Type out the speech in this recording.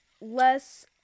less